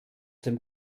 dem